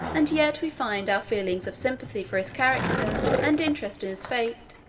and yet we find our feelings of sympathy for his character, and interest in his fate,